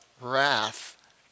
wrath